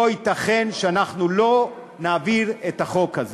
לא ייתכן שאנחנו לא נעביר את החוק הזה.